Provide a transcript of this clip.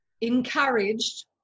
encouraged